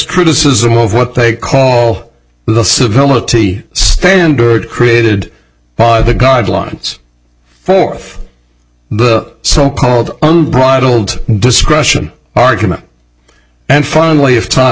criticism of what they call the civility standard created by the guidelines forth the so called unbridled discretion argument and finally if time